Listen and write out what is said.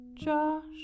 Josh